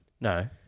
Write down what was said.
No